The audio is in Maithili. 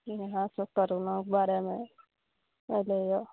इहए सब करोनाके बारेमे अइलै यऽ